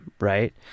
right